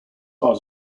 are